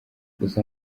gusa